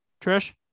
Trish